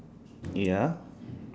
ya